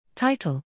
Title